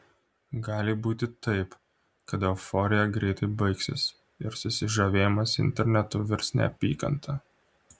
gali būti taip kad euforija greitai baigsis ir susižavėjimas internetu virs neapykanta